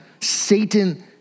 Satan